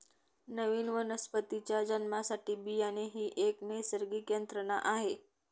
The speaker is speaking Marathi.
नवीन वनस्पतीच्या जन्मासाठी बियाणे ही एक नैसर्गिक यंत्रणा आहे